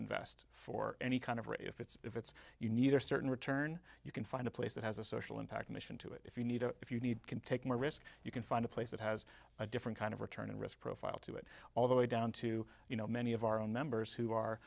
invest for any kind of or if it's if it's you need a certain return you can find a place that has a social impact mission to it if you need to if you need can take more risk you can find a place that has a different kind of return and risk profile to it all the way down to you know many of our own members who are